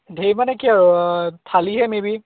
ধেৰ মানে কি আৰু থালিহে মে'বি